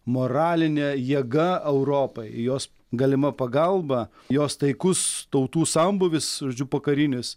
moralinė jėga europai jos galima pagalba jos taikus tautų sambūvis žodžiu pokarinis